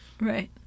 Right